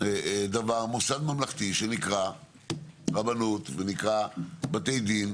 דבר מוסד ממלכתי שנקרא רבנות ונקרא בתי דין,